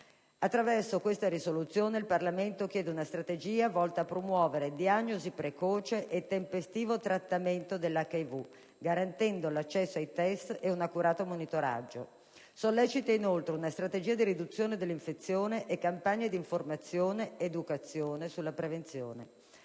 Attraverso questa risoluzione, il Parlamento europeo chiede una strategia volta a promuovere diagnosi precoce e tempestivo trattamento dell'HIV, garantendo l'accesso ai test ed un accurato monitoraggio; esso sollecita inoltre un strategia di riduzione dell'infezione e campagne di informazione ed educazione sulla prevenzione.